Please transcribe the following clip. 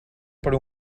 per